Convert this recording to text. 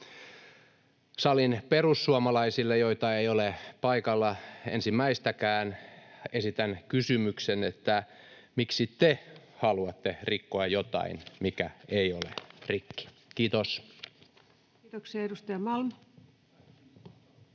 Salin perussuomalaisille, joita ei ole paikalla ensimmäistäkään, esitän kysymyksen, miksi te haluatte rikkoa jotain, mikä ei ole rikki. — Kiitos. [Speech